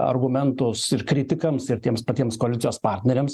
argumentus ir kritikams ir tiems patiems koalicijos partneriams